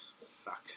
fuck